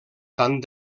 tant